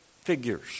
figures